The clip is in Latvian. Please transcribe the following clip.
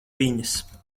viņas